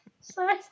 sorry